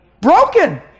Broken